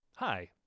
Hi